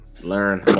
learn